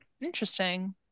Interesting